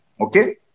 Okay